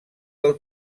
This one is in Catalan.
del